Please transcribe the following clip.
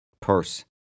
purse